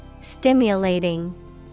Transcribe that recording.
Stimulating